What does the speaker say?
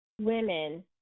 women